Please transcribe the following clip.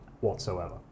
whatsoever